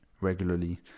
regularly